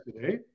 today